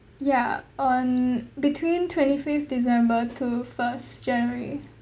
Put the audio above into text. ya on between twenty-fifth december to first january